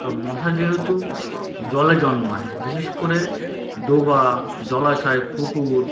তো মশা যেহেতু জলে জন্মায় বিশেষ করে ডোবা জলাশয় পুকুর